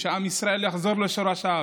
שעם ישראל יחזור לשורשיו,